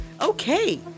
Okay